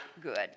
Good